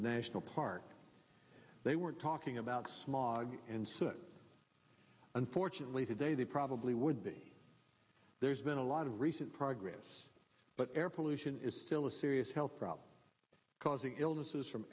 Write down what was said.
national park they were talking about smog and so unfortunately today they probably would be there's been a lot of recent progress but air pollution is still a serious health problem causing illnesses from